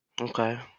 Okay